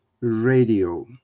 radio